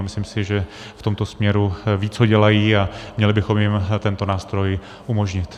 Myslím si, že v tomto směru vědí, co dělají, a měli bychom jim tento nástroj umožnit.